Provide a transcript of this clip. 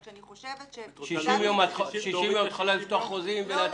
רק שאני חושבת ש --- 60 יום את יכולה לפתוח חוזים ולהתאים חוזים?